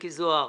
מיקי זוהר,